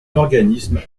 l’organisme